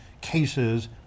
cases